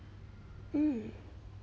mm